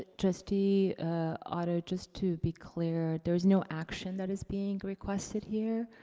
trustee otto, just to be clear, there's no action that is being requested here.